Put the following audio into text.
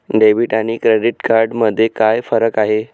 Debit आणि credit card मध्ये काय फरक आहे?